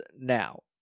now